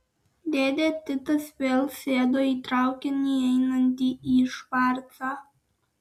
dėdė titas vėl sėdo į traukinį einantį į švarcą